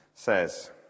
Says